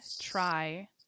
try